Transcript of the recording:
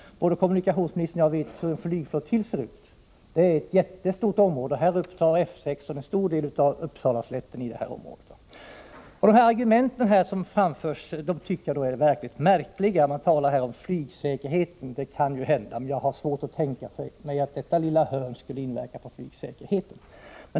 Både kommunikationsministern och jag vet hur en flygflottilj ser ut. Det är ett jättestort område, och F 16 upptar en stor del av Uppsalaslätten. Jag tycker att de argument som framförs är mycket märkliga. Det talas om flygsäkerhet. Det är möjligt att den skulle påverkas, men jag har svårt att tänka mig att det lilla hörn av området som det här är fråga om skulle inverka på den.